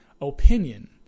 opinion